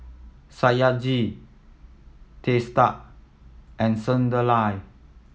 Satyajit Teesta and Sunderlal